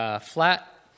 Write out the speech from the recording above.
flat